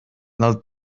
del